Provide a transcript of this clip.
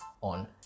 on